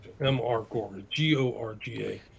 m.r.gorga